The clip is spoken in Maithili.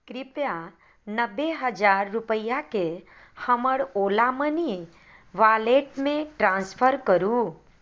कृपया नब्बे हजार रुपैआके हमर ओला मनी वॉलेटमे ट्रान्सफर करू